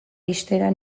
ixtera